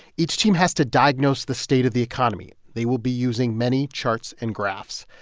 each team has to diagnose the state of the economy. they will be using many charts and graphs.